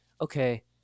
okay